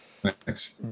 Thanks